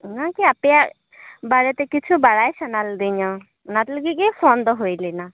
ᱚᱱᱟᱜᱮ ᱟᱯᱮᱭᱟᱜ ᱵᱟᱨᱮᱛᱮ ᱠᱤᱪᱷᱩ ᱵᱟᱲᱟᱭ ᱥᱟᱱᱟ ᱞᱤᱫᱤᱧᱟ ᱚᱱᱟ ᱞᱟᱹᱜᱤᱫᱜᱮ ᱯᱷᱳᱱ ᱫᱚ ᱦᱳᱭ ᱞᱮᱱᱟ